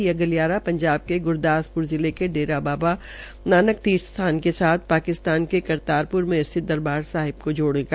यह गलियारा पंजाब के गुरदासपुर जिले के डेरा बाबा नानक तीर्थ स्थान के साथ पाकिस्तान के करतार पुर में स्थित दरबार साहिब को जोड़ेगा